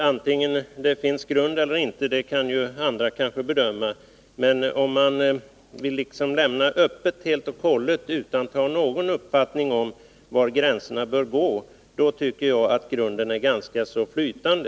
Herr talman! Om det finns någon grund eller inte kan kanske andra bedöma. Men om man lämnar öppet helt och hållet, utan att ha någon uppfattning om var gränsen bör gå, tycker jag att grunden är ganska flytande.